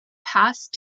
past